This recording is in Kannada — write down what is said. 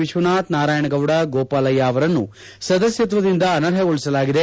ವಿಶ್ವನಾಥ್ ನಾರಾಯಣಗೌಡ ಗೋಪಾಲಯ್ಲ ಅವರನ್ನೂ ಸದಸ್ಸತ್ತದಿಂದ ಅನರ್ಹಗೊಳಸಲಾಗಿದೆ